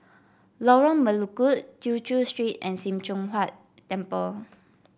Lorong Melukut Tew Chew Street and Sim Choon Huat Temple